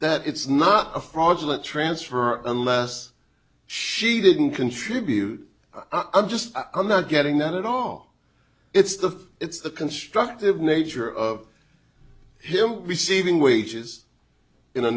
that it's not a fraudulent transfer unless she didn't contribute i just i'm not getting that at all it's the it's the constructive nature of him receiving wages in a